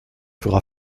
fera